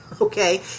okay